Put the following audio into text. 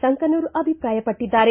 ಸಂಕನೂರ ಅಭಿಪ್ರಾಯ ಪಟ್ಟಿದ್ದಾರೆ